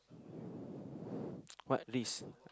what risk